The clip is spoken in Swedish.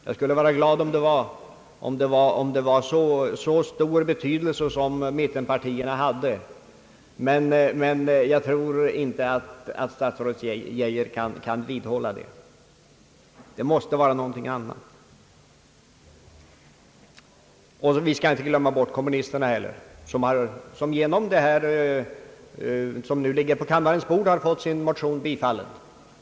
Jag skulle vara glad om mittenpartierna hade så stor betydelse, men jag tror inte att statsrådet Geijer kan vidhålla detta påstående. Motivet måste vara ett annat. Vi skall inte heller glömma bort kommunisterna, som genom skrivelsen på riksdagens bord fått sin motion bifallen.